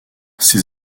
ces